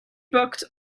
booked